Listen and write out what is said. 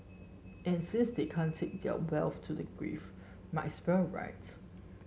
and since they can't take their wealth to the grave might as well right